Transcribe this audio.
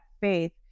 faith